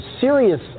serious